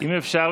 אם אפשר,